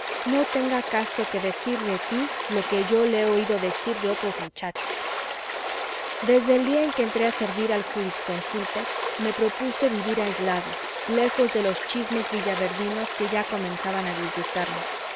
no tenga castro que decir de tí lo que yo le he oído decir de otros muchachos desde el día en que entré a servir al jurisconsulto me propuse vivir aislado lejos de los chismes villaverdinos que ya comenzaban a disgustarme así